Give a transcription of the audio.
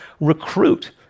recruit